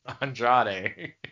Andrade